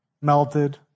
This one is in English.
melted